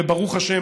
וברוך השם,